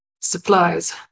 supplies